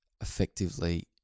effectively